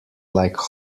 like